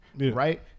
Right